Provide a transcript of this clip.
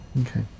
Okay